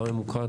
גם ממוקד.